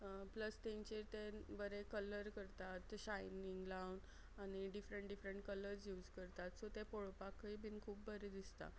plus तेंचेर ते बरे कलर करतात तें शायनींग लावन आनी डिफरंट डिफरंट कलर्ज यूज करतात सो तें पळोवपाकय बीन खूब बरें दिसता